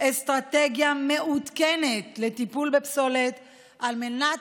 אסטרטגיה מעודכנת לטיפול בפסולת על מנת